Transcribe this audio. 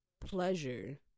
pleasure